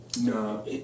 no